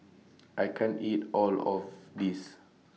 I can't eat All of This